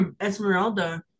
Esmeralda